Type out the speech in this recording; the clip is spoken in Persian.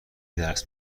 درس